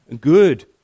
good